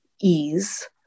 ease